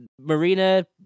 Marina